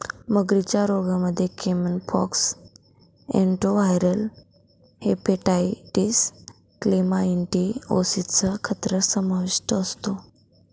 मगरींच्या रोगांमध्ये caiman pox, adenoviral hepatitis, chlamydiosis चा खतरा समाविष्ट असतो